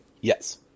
Yes